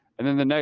and then the next,